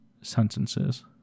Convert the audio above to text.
sentences